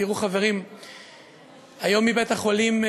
תראו, חברים, היום, מבית-החולים,